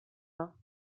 mains